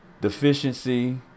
deficiency